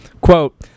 quote